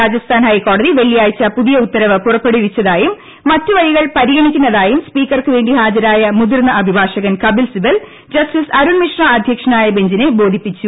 രാജസ്ഥാൻ ഹൈക്കോടതി വെള്ളിയാഴ്ച പുതിയ ഉത്തരവ് പുറപ്പെടുവിച്ചതായും മറ്റു വഴികൾ പരിഗണിക്കുന്നതായും സ്പീക്കർക്കുവേണ്ടി ഹാജരായ മുതിർന്ന അഭിഭാഷകൻ കപിൽ സിബൽ ജസ്റ്റിസ് അരുൺ മിശ്ര അധൃക്ഷനായ ബെഞ്ചിനെ ബോധിപ്പിച്ചു